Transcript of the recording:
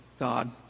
God